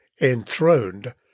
enthroned